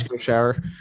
shower